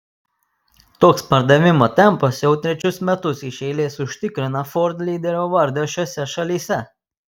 toks pardavimo tempas jau trečius metus iš eilės užtikrina ford lyderio vardą šiose šalyse